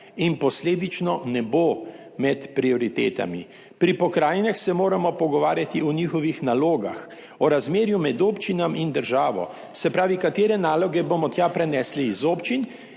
in posledično ne bo med prioritetami. Pri pokrajinah se moramo pogovarjati o njihovih nalogah, o razmerju med občinami in državo, se pravi, katere naloge bomo tja prenesli iz občin